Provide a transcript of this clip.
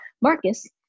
Marcus